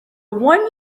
one